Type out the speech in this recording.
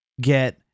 get